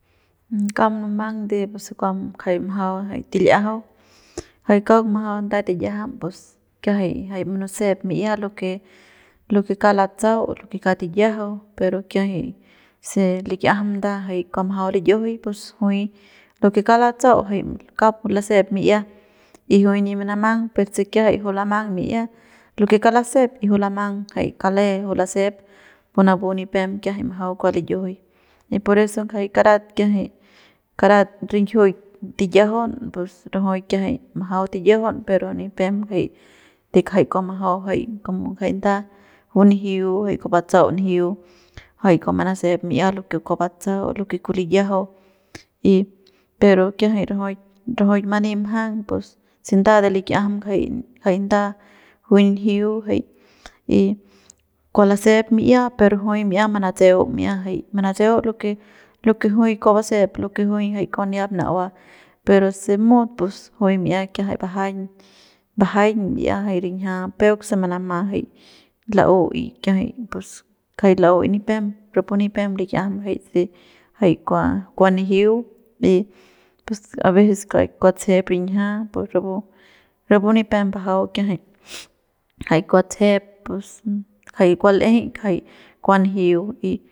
Kauk munumang de puse kua majau jay til'iajau jay kauk majau nda tiyiajam pus jay kiajay jay munusep mi'ia lo que lo que kauk latsa'au lo que kauk tiyiajau pero kiajay se lik'iajam nda jay kua majau liyajau pues juy lo que kauk latsa'au jay kauk pu lasep mi'ia y jui nip manamang per se kiajay juy lamang mi'ia lo que kauk lasep y juy lamang jay kale o lasep pus napu nipem kiajay kua majau liyajauy y por eso jay karat kiajay karat rinjiuk tiyajaun pus rajuik kiajay majau tiyajaun pero nipem jay de kua majau jay como nda juy njiu jay kua batsa'au njiu jay kua manasep mi'ia lo que kua batsa'au lo que lo que cua liyajau y pero kiajay rajuik rajuik mani mjang pus se nda de lik'iajam ngajay ngajay nda juy njiu jay y kua lasep mi'ia pero juy mi'ia manatseu mi'ia jay manatse'eu lo que juy kua basep lo que juy jay kua ni'iap na'ua pero se mut pus juy kiajay mi'ia bajaiñ bajaiñ mi'ia jay rinjia peuk se manama jay la'u y kiajay pus la'u y nipem rapu nipem lik'iajam jay se jay kua kua njiu y pus jay abecés jay kua tsejep rinjia pus rapu rapu nipep mbajau kiajay jay kua tsejep jay kua l'eje kua njiu y.